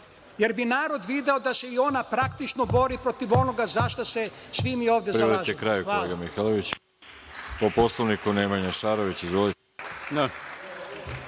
jer bi narod video da se i ona praktično bori protiv onoga zašta se svi mi ovde zalažemo.